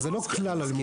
אבל זה לא כלל הלימודים.